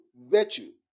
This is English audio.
virtue